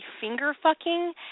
finger-fucking